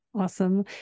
Awesome